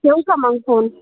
ठेवू का मग फोन